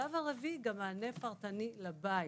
ובשלב הרביעי גם מענה פרטני לבית.